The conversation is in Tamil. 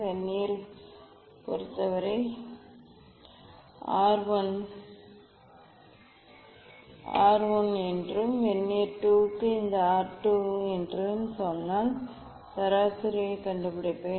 வெர்னியரைப் பொறுத்தவரை இது R 1 என்றும் வெர்னியர் II க்கு இந்த R 2 என்றும் சொன்னால் சராசரியைக் கண்டுபிடிப்பேன்